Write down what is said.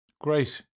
Great